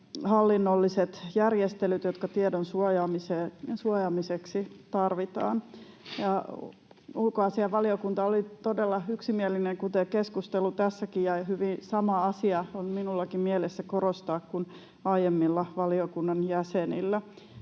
hallinnolliset järjestelyt, jotka tiedon suojaamiseksi tarvitaan. Ulkoasiainvaliokunta oli todella yksimielinen kuten keskustelu tässäkin, ja hyvin sama asia on minullakin mielessä korostaa kuin tässä aiemmilla valiokunnan jäsenillä.